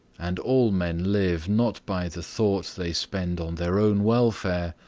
and all men live not by the thought they spend on their own welfare,